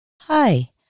Hi